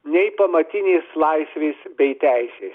nei pamatinės laisvės bei teisė